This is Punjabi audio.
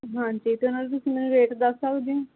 ਹਾਂਜੀ ਅਤੇ ਉਨ੍ਹਾਂ ਦੇ ਤੁਸੀਂ ਮੈਨੂੰ ਰੇਟ ਦੱਸ ਸਕਦੇ ਹੋ